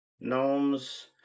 gnomes